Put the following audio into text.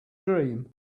dream